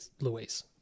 Luis